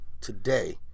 Today